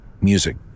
music